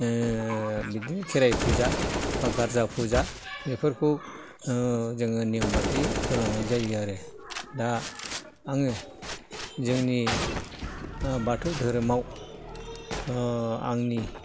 बिदिनो खेराइ फुजा बा गारजा फुजा बेफोरखौ जोङो नेमबायदियै होलांनाय जायो आरो दा आङो जोंनि बाथौ धोरोमाव आंनि